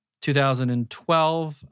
2012